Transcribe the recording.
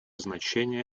значение